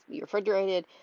refrigerated